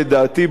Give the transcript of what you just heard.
לדעתי,